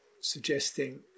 suggesting